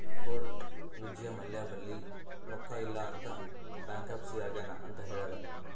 court Vijay Mallya ಬಲ್ಲಿ ರೊಕ್ಕಾ ಇಲ್ಲ ಅಂತ ಬ್ಯಾಂಕ್ರಪ್ಸಿ ಆಗ್ಯಾನ್ ಅಂತ್ ಹೇಳ್ಯಾದ್